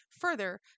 Further